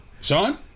Sean